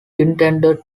intended